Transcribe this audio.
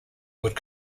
would